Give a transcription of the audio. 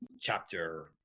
chapter